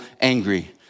angry